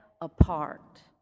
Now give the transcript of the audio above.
apart